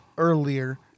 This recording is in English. earlier